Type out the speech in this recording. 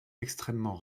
extrêmement